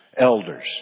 elders